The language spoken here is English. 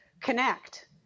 connect